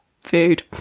food